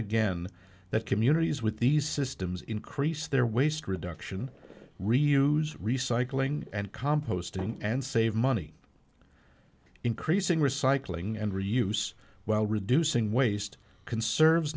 again that communities with these systems increase their waste reduction reuse recycling and composting and save money increasing recycling and reuse while reducing waste conserves